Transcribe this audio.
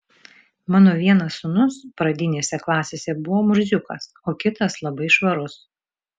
mano vienas sūnus pradinėse klasėse buvo murziukas o kitas labai švarus